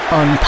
on